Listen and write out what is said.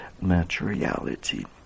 materiality